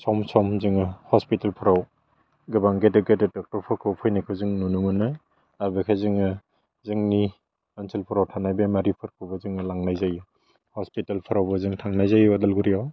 सम सम जोङो हस्पितालफ्राव गोबां गेदेर गेदेर डक्टरफोरखौ फैनायखौ जों नुनो मोनो ओह बेखाय जोङो जोंनि ओनसोलफोराव थानाय बेमारिफोरखौबो जोङो लांनाय जायो हस्पितालफोरावबो जों थांनाय जायो उदालगुरियाव